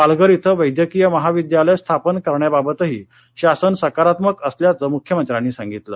पालघर इथं वैद्यकीय महाविद्यालय स्थापन करण्याबाबतही शासन सकारात्मक असल्याचं मुख्यमंत्र्यांनी सांगितलं